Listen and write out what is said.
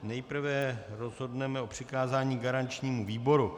Nejprve rozhodneme o přikázání garančnímu výboru.